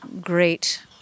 great